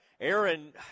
Aaron